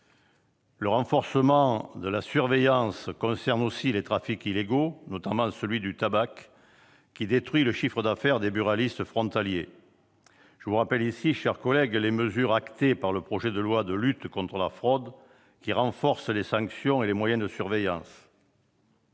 Le renforcement de la surveillance concerne aussi les trafics illégaux, notamment celui du tabac, qui détruit le chiffre d'affaires des buralistes frontaliers. Je vous rappelle ici, chers collègues, les mesures entérinées par le projet de loi de lutte contre la fraude, qui renforcent les sanctions et les moyens de surveillance.